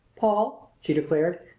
paul, she declared,